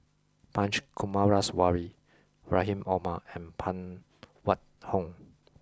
Punch Coomaraswamy Rahim Omar and Phan Wait Hong